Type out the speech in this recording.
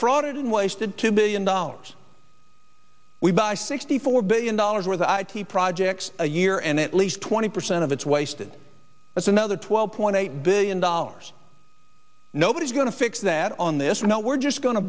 fraud and wasted two billion dollars we buy sixty four billion dollars worth of i t projects a year and at least twenty percent of it's wasted that's another twelve point eight billion dollars nobody's going to fix that on this now we're just going to